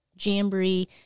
Jamboree